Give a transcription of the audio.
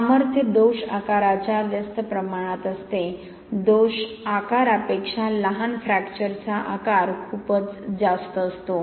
सामर्थ्य दोष आकाराच्या व्यस्त प्रमाणात असते दोष आकारापेक्षा लहान फ्रॅक्चरचा आकार खूपच जास्त असतो